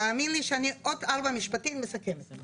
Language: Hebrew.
תאמין לי שאני עוד ארבעה משפטים מסכמת.